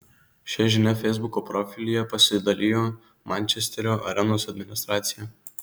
šia žinia feisbuko profilyje pasidalijo mančesterio arenos administracija